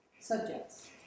Subjects